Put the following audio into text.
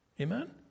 Amen